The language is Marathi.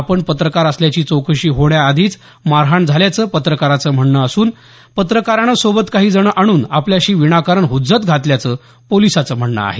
आपण पत्रकार असल्याची चौकशी होण्याआधीच मारहाण झाल्याचं पत्रकाराचं म्हणनं असून पत्रकारानं सोबत काही जणं आणून आपल्याशी विणाकारण हुज्जत घातल्याचं पोलिसाचं म्हणनं आहे